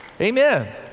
Amen